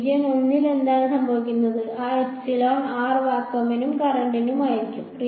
region 1 ൽ എന്താണ് സംഭവിക്കുന്നത് ആ epsilon r വാക്വമിനും കറന്റിനും ആയിരിക്കും